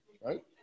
right